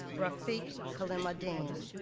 rafiq kalam id-din.